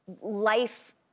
life